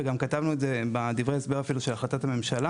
וגם כתבנו את זה בדברי ההסבר אפילו של החלטת הממשלה,